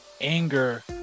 anger